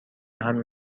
همین